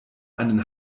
einen